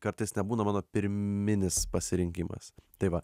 kartais nebūna mano pirminis pasirinkimas tai va